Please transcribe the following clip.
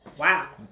Wow